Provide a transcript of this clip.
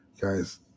Guys